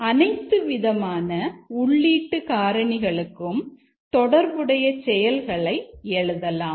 அனைத்து விதமான உள்ளீட்டு காரணிகளுக்கும் தொடர்புடைய செயல்களை எழுதலாம்